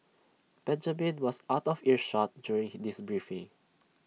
Benjamin was out of earshot during this briefing